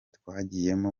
twagiyemo